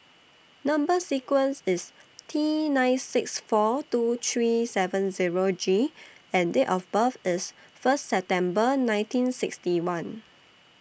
Number sequence IS T nine six four two three seven Zero G and Date of birth IS First December nineteen sixty one